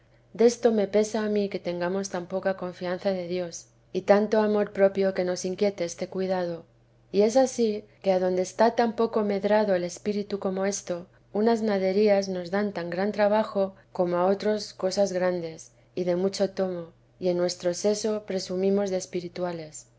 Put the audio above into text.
oración desto me pesa a mí que tengamos tan poca confianza de dios y tanto amor propio que nos inquiete ese cuidado y es ansí que adonde está tan poco medrado el espíritu como esto unas naderías nos dan tan gran trabajo como a otros cosas grandes y de mucho tomo y en nuestro seso presumimos de espirituales